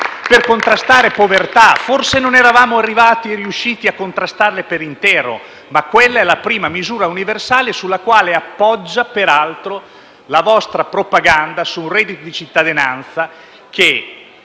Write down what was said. dal Gruppo PD)*. Forse non eravamo riusciti a contrastarla per intero, ma quella è la prima misura universale sulla quale poggia, peraltro, la vostra propaganda su un reddito di cittadinanza che